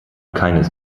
keines